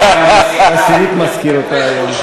לציפי לבני.